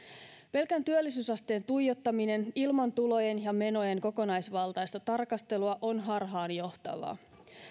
pelkän työllisyysasteen tuijottaminen ilman tulojen ja menojen kokonaisvaltaista tarkastelua on harhaanjohtavaa